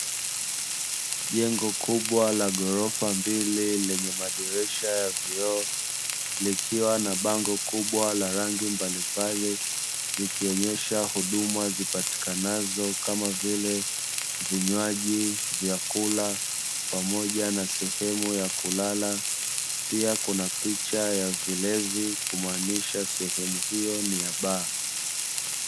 Jengo kubwa la ghorofa mbili lenye madirisha ya vioo, likiwa na bango kubwa la rangi mbalimbali likionyesha huduma zipatikanezo kama vile vinywaji vyakula pamoja na sehemu ya kulala, pia kuna picha ya vilevi kumaanisha sehemu hiyo ni ya baa.